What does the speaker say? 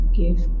give